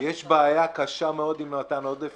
יש בעיה קשה מאוד עם מתן עודף,